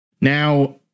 Now